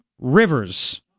rivers